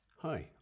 Hi